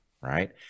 right